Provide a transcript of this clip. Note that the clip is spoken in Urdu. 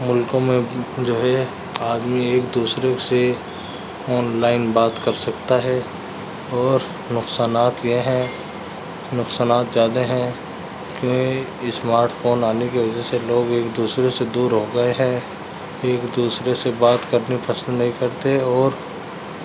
ملکوں میں جو ہے آدمی ایک دوسرے سے آن لائن بات کر سکتا ہے اور نقصانات یہ ہیں نقصانات زیادہ ہیں کیوں کہ اسمارٹ فون آنے کی وجہ سے لوگ ایک دوسرے سے دور ہو گئے ہیں ایک دوسرے سے بات کرنے کو پسند نہیں کرتے اور